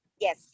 yes